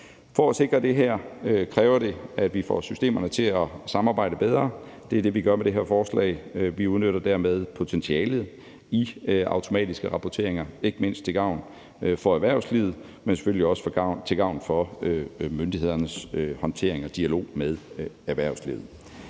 For at sikre det her kræver det, at vi får systemerne til at samarbejde bedre. Det er det, vi gør med det her forslag. Vi udnytter dermed potentialet i automatiske rapporteringer, ikke mindst til gavn for erhvervslivet, men selvfølgelig også til gavn for myndighedernes håndtering og dialog med erhvervslivet.